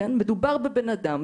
מדובר בבן אדם,